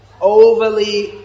overly